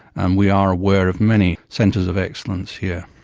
and we are aware of many centres of excellence here.